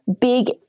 big